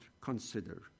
consider